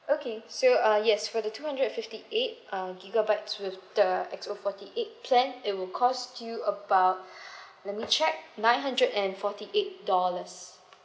okay so uh yes for the two hundred and fifty eight uh gigabytes with the X_O forty eight plan it will cost you about let me check nine hundred and forty eight dollars